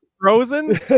Frozen